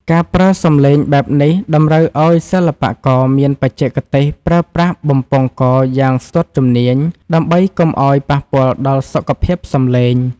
ការប្រើសំឡេងបែបនេះតម្រូវឱ្យសិល្បករមានបច្ចេកទេសប្រើប្រាស់បំពង់កយ៉ាងស្ទាត់ជំនាញ ដើម្បីកុំឱ្យប៉ះពាល់ដល់សុខភាពសំឡេង។